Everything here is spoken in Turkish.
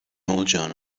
olacağını